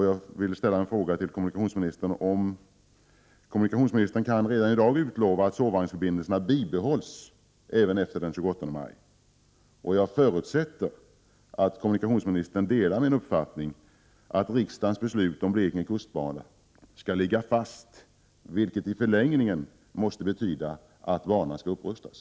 Jag vill fråga om kommunikationsministern redan i dag kan utlova att sovvagnsförbindelserna bibehålls även efter den 28 maj. Jag förutsätter att kommunikationsminstern delar min uppfattning att riksdagens beslut om Blekinge kustbana skall ligga fast, vilket i förlängningen måste betyda att banan skall upprustas.